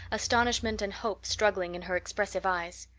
astonishment and hope struggling in her expressive eyes.